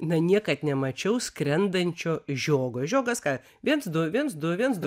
na niekad nemačiau skrendančio žiogo žiogas ką viens du viens du viens du